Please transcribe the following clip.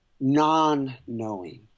non-knowing